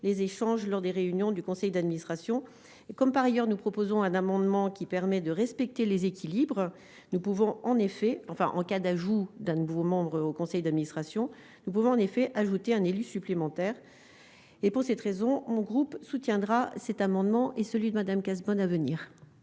les échanges lors des réunions du conseil d'administration et comme par ailleurs nous proposons un amendement qui permet de respecter les équilibres, nous pouvons en effet enfin en cas d'ajout de nouveaux membres au conseil d'administration, nous pouvons en effet ajouté un élu supplémentaire et pour cette raison, en groupe soutiendra cet amendement et celui de Madame Cazebonne à venir.